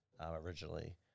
originally